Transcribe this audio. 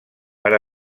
per